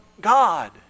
God